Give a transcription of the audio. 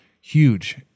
huge